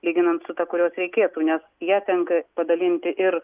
lyginant su ta kurios reikėtų nes ją tenka padalinti ir